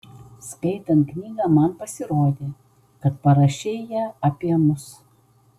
skaitant knygą man pasirodė kad parašei ją apie mus